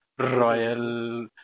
Royal